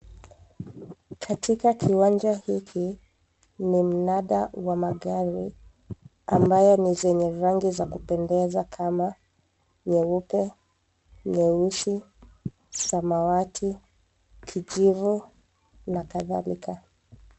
Katika kiwanja hiki, ni mnada wa magari ambayo ni zenye rangi za kupendeza kama nyeupe, nyeusi, samawati, kijivu na kadhalika.